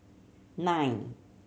nine